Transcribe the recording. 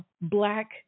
Black